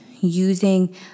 using